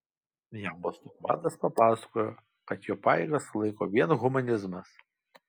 jam vostok vadas papasakojo kad jo pajėgas sulaiko vien humanizmas